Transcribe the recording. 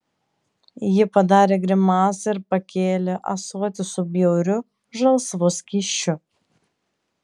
ji padarė grimasą ir pakėlė ąsotį su bjauriu žalsvu skysčiu